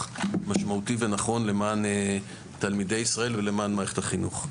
משמעותי ונכון למען תלמידי ישראל ולמען מערכת החינוך.